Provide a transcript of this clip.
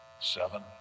seven